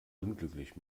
unglücklich